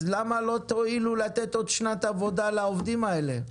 אז למה לא תואילו לתת עוד שנת עבודה לעובדים האלה?